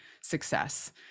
success